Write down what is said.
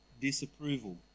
disapproval